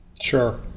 Sure